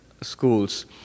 schools